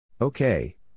Okay